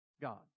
God